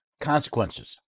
consequences